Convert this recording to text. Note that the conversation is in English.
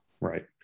Right